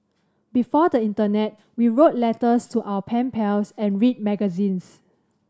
before the internet we wrote letters to our pen pals and read magazines